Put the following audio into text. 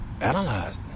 analyze